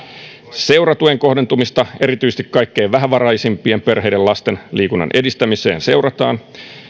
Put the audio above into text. seuratuen kohdentumista erityisesti kaikkein vähävaraisimpien perheiden lasten liikunnan edistämiseen seurataan